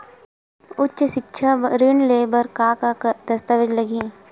उच्च सिक्छा ऋण ले बर का का दस्तावेज लगही?